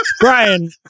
Brian